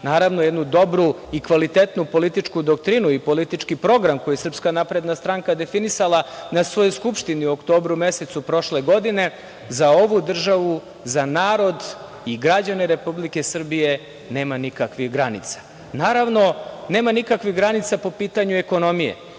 naravno jednu dobru i kvalitetnu političku doktrinu i politički program, koji SNS je definisala na svojoj skupštini u oktobru mesecu prošle godine, za ovu državu, za ovaj narod i građane Republike Srbije nema nikakvih granica. Naravno, nema nikakvih granica po pitanju ekonomije.